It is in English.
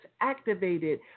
activated